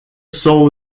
soul